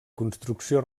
construcció